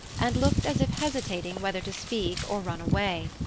and looked as if hesitating whether to speak or run away.